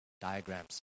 diagrams